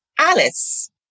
Alice